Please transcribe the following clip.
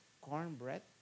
cornbread